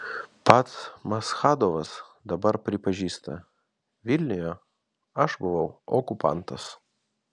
pats maschadovas dabar pripažįsta vilniuje aš buvau okupantas